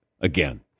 again